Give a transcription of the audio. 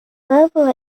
further